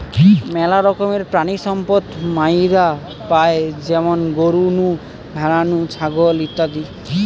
মেলা রকমের প্রাণিসম্পদ মাইরা পাই যেমন গরু নু, ভ্যাড়া নু, ছাগল ইত্যাদি